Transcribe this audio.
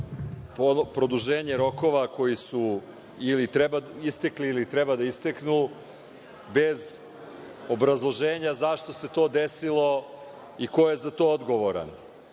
produženje rokova koji su istekli ili treba da isteknu, bez obrazloženja zašto se to desilo i ko je za to odgovoran. Ovde